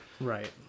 Right